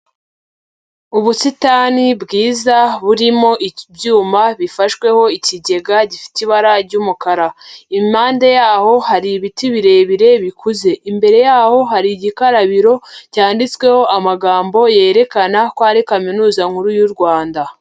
Ubusitani bwiza burimo ibyuma bifashweho ikigega gifite ibara ry'umukara, impande yaho hari ibiti birebire bikuze, imbere yaho hari igikarabiro cyanditsweho amagambo yerekana ko ari Kaminuza Nkuru y'u Rwanda.